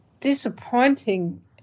disappointing